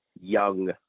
young